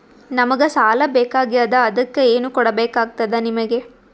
ನಮಗ ಸಾಲ ಬೇಕಾಗ್ಯದ ಅದಕ್ಕ ಏನು ಕೊಡಬೇಕಾಗ್ತದ ನಿಮಗೆ?